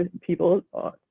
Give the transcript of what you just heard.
People